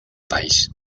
país